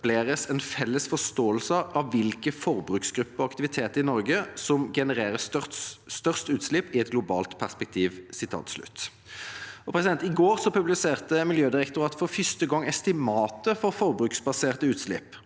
en felles forståelse av hvilke forbruksgrupper og aktiviteter i Norge som genererer størst utslipp i et globalt perspektiv». I går publiserte Miljødirektoratet for første gang estimatet for forbruksbaserte utslipp,